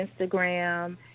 Instagram